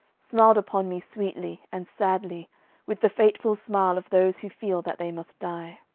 smiled upon me sweetly and sadly with the fateful smile of those who feel that they must die.